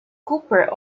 cooper